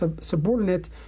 subordinate